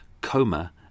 coma